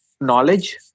knowledge